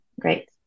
Great